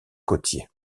côtier